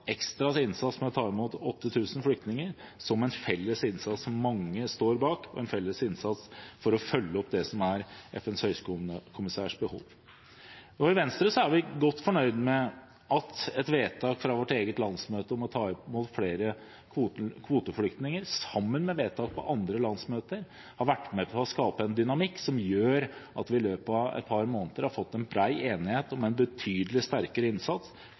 innsats med å ta imot 8 000 flyktninger som en felles innsats som mange står bak, og en felles innsats for å følge opp det som er FNs høykommissærs behov. I Venstre er vi godt fornøyd med at et vedtak fra vårt eget landsmøte om å ta imot flere kvoteflyktninger, sammen med vedtak på andre landsmøter, har vært med på å skape en dynamikk som gjør at vi i løpet av et par måneder har fått en bred enighet om en betydelig sterkere innsats